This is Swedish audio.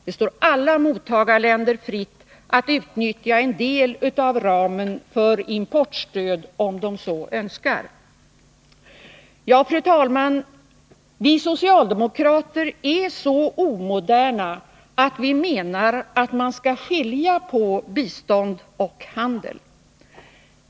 Det står alla mottagarländer fritt att utnyttja en del av ramen för importstöd om de så önskar. Ja, herr talman, vi socialdemokrater är så omoderna att vi menar att man skall skilja på bistånd och handel.